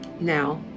Now